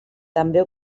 també